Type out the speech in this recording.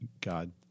God